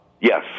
Yes